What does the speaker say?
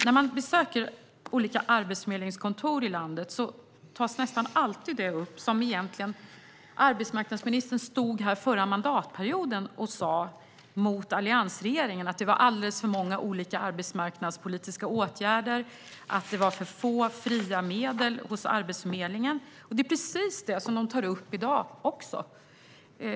När man besöker olika arbetsförmedlingskontor i landet tas det nästan alltid upp, som arbetsmarknadsministern stod här förra mandatperioden och sa till alliansregeringen, att det är alldeles för många arbetsmarknadspolitiska åtgärder och för få fria medel hos Arbetsförmedlingen. Det är precis det ministern tar upp i dag också.